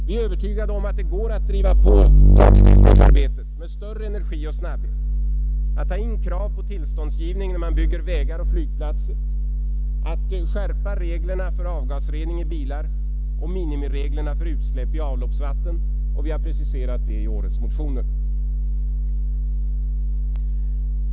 Vi är övertygade om att det går att driva på lagstiftningsarbetet med större energi och snabbhet, att ta in krav på tillståndsgivning när man bygger vägar och flygplatser, att skärpa reglerna för avgasrening i bilar och minimireglerna för utsläpp av avloppsvatten, och vi har preciserat det i årets motioner.